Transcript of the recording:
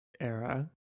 era